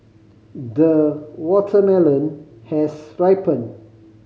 the watermelon has ripened